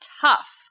tough